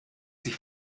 sich